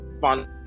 fun